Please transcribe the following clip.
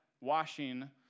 washing